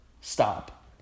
Stop